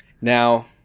Now